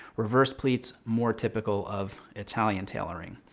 reverse pleats, more typical of italian tailoring.